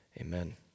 Amen